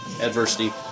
adversity